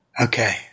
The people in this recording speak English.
Okay